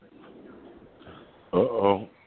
Uh-oh